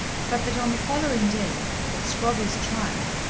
but that on the following day, at scrobby's trial,